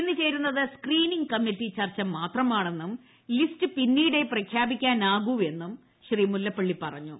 ഇന്നു ചേരുന്നത് screening committee ചർച്ച മാത്രമാണെന്നും ലിസ്റ്റ് പിന്നീടേ പ്രഖ്യാപിക്കാനാകുവെന്നും മുല്ലപ്പള്ളി പറഞ്ഞു